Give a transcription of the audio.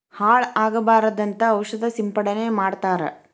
ಹಾಳ ಆಗಬಾರದಂತ ಔಷದ ಸಿಂಪಡಣೆ ಮಾಡ್ತಾರ